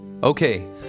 Okay